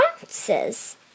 ounces